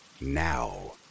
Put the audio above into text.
now